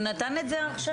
הוא נתן את זה עכשיו,